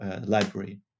Library